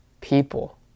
people